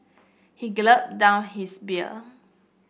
he gulped down his beer